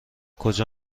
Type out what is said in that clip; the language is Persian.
کجا